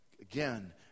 Again